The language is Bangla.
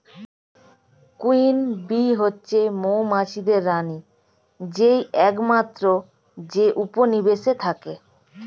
কুইন বী হচ্ছে মৌমাছিদের রানী যেই একমাত্র যে উপনিবেশে থাকে